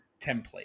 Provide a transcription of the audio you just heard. template